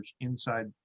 inside